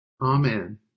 Amen